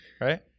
right